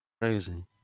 crazy